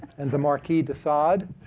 and the marquis de sade.